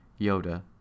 Yoda